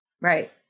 Right